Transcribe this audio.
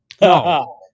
No